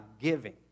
giving